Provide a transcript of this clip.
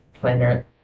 planner